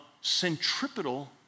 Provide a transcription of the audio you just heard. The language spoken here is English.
centripetal